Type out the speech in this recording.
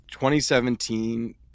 2017